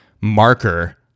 marker